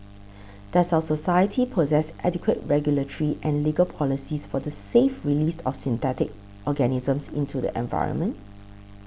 does our society possess adequate regulatory and legal policies for the safe release of synthetic organisms into the environment